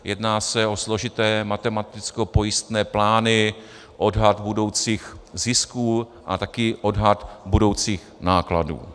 Jedná se o složité matematickopojistné plány, odhad budoucích zisků a také odhad budoucích nákladů.